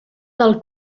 del